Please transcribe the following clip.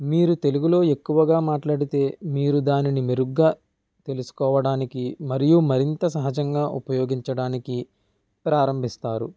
మీరు తెలుగులో ఎక్కువగా మాట్లాడితే మీరు దానిని మెరుగ్గా తెలుసుకోవడానికి మరియు మరింత సహజంగా ఉపయోగించడానికి ప్రారంభిస్తారు